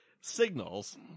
Signals